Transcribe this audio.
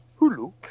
Hulu